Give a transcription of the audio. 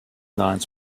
lines